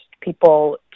people